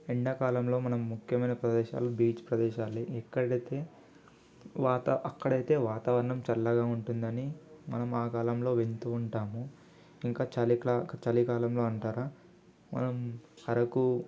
ఎండాకాలంలో మనం ముఖ్యమైన ప్రదేశాలు బీచ్ ప్రదేశాలే ఇక్కడైతే వాతా అక్కడైతే వాతావరణం చల్లగా ఉంటుందని మనం ఆకాలంలో వెళ్తూ ఉంటాము ఇంక చలి క్లా చలికాలంలో అంటారా మనం అరకు